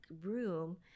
room